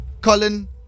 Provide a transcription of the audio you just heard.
Colin